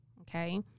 Okay